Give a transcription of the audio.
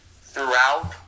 throughout